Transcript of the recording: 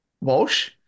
Walsh